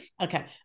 Okay